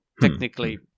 technically